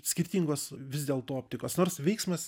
skirtingos vis dėlto optikos nors veiksmas